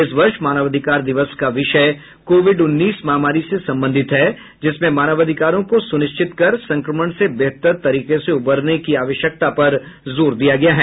इस वर्ष मानवाधिकार दिवस का विषय कोविड उन्नीस महामारी से संबंधित है जिसमें मानवाधिकारों को सुनिश्चित कर संक्रमण से बेहतर तरीके से उबरने की आवश्यकता पर जोर दिया गया है